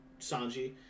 Sanji